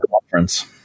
conference